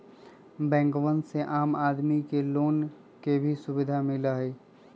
बैंकवन से आम आदमी के लोन के भी सुविधा मिला हई